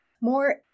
more